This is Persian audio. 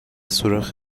سوراخ